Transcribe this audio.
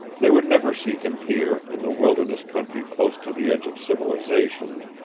they would never seek him here, in the wilderness country close to the edge of civilization,